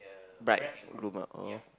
bride groom ah oh